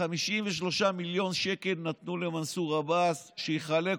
53 מיליון שקל נתנו למנסור עבאס מיליארד.